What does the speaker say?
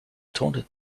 taunted